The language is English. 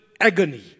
agony